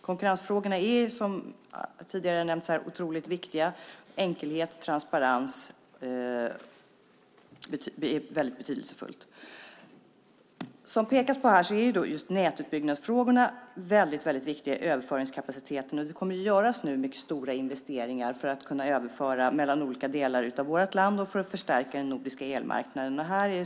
Konkurrensfrågorna är, som tidigare nämnts här, otroligt viktiga. Enkelhet och transparens är väldigt betydelsefullt. Som man här pekar på är just nätutbyggnadsfrågorna väldigt viktiga med tanke på överföringskapaciteten. Nu kommer mycket stora investeringar att göras för att det ska gå att överföra mellan olika delar av vårt land och för att förstärka den nordiska elmarknaden.